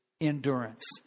endurance